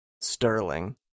sterling